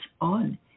on